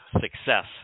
success